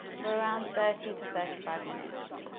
for around thirty to thirty five minutes.